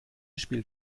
spielt